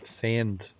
sand